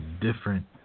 different